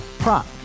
Prop